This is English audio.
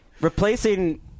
Replacing